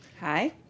Hi